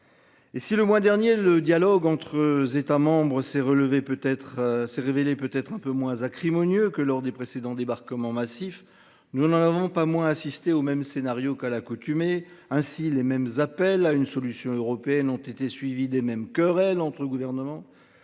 Si le mois dernier, le dialogue entre États membres s’est révélé peut-être un peu moins acrimonieux que lors des précédents débarquements massifs, nous n’en avons pas moins assisté au même scénario qu’à l’accoutumée. Ainsi les mêmes appels à une solution européenne ont-ils été suivis des mêmes querelles entre gouvernements.